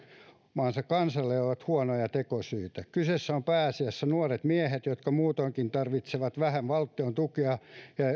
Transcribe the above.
maansa kansalaisia ovat huonoja tekosyitä kyseessä ovat pääasiassa nuoret miehet jotka muutoinkin tarvitsevat vähän valtion tukea ja